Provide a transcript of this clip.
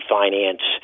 finance